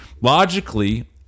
logically